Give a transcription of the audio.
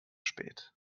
spät